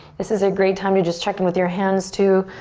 this is a great time to just check in with your hands too.